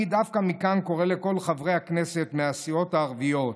אני דווקא מכאן קורא לכל חברי הכנסת מהסיעות הערביות,